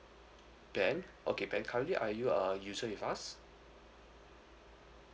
ben okay ben currently are you a user with us